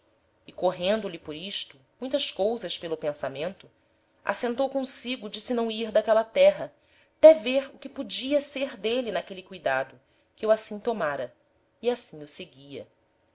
e correndo lhe por isto muitas cousas pelo pensamento assentou consigo de se não ir d'aquela terra té vêr o que podia ser d'êle n'aquele cuidado que o assim tomára e assim o seguia